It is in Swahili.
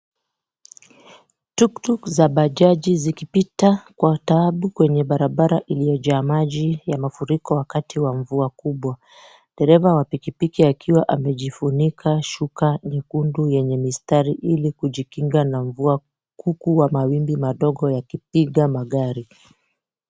Tuktuk za bajaji zikipita kwa taabu kwa barabara iliyojaa maji ya mafuriko wakati wa mvua kubwa. Dereva wa pikipiki akiwa amejifunika shuka nyekundu yenye mistari ili kujikinga na kuku mawimbi madogo yakipiga magari.